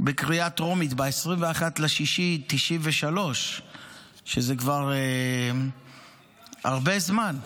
בקריאה טרומית ב-21 ביוני 1993. זה כבר הרבה זמן.